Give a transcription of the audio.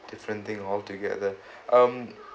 different thing altogether um